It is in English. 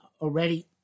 already